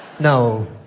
No